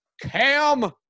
cam